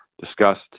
discussed